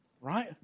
right